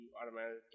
automatically